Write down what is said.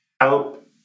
help